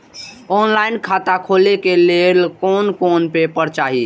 Online खाता खोले के लेल कोन कोन पेपर चाही?